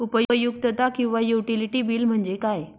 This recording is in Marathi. उपयुक्तता किंवा युटिलिटी बिल म्हणजे काय?